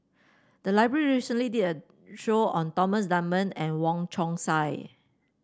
the library recently did a show on Thomas Dunman and Wong Chong Sai